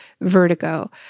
vertigo